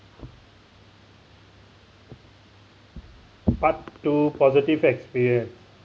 part two positive experience